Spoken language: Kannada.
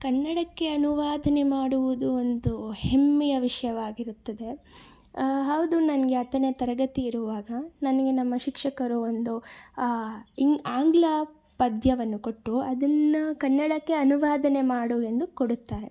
ಕನ್ನಡಕ್ಕೆ ಅನುವಾದ ಮಾಡುವುದು ಒಂದು ಹೆಮ್ಮೆಯ ವಿಷಯವಾಗಿರುತ್ತದೆ ಹೌದು ನನಗೆ ಹತ್ತನೇ ತರಗತಿ ಇರುವಾಗ ನನಗೆ ನಮ್ಮ ಶಿಕ್ಷಕರು ಒಂದು ಇಂಗ್ ಆಂಗ್ಲ ಪದ್ಯವನ್ನು ಕೊಟ್ಟು ಅದನ್ನು ಕನ್ನಡಕ್ಕೆ ಅನುವಾದ ಮಾಡು ಎಂದು ಕೊಡುತ್ತಾರೆ